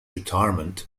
retirement